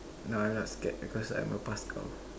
no I'm not scared because I'm a paskal